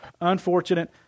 unfortunate